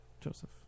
Joseph